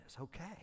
okay